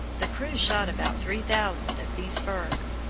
the crew shot about three thousand of these birds,